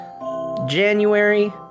January